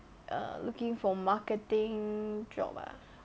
err looking for marketing job ah